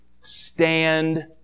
Stand